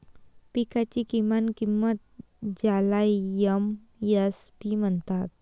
पिकांची किमान किंमत ज्याला एम.एस.पी म्हणतात